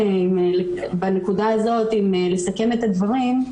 בנקודה הזאת, אם לסכם את הדברים,